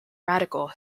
radical